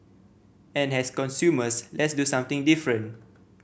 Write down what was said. and as consumers let's do something different